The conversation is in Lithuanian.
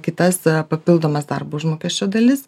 kitas papildomas darbo užmokesčio dalis